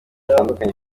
zitandukanye